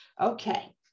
Okay